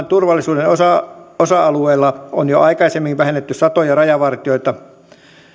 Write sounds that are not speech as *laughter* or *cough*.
*unintelligible* turvallisuuden osa alueella on jo aikaisemmin vähennetty satoja rajavartijoita